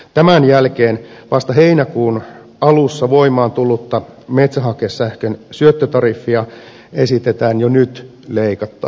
tämän jälkeen vasta heinäkuun alussa voimaan tullutta metsähakesähkön syöttötariffia esitetään jo nyt leikattavaksi